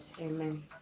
Amen